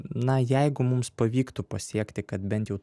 na jeigu mums pavyktų pasiekti kad bent jau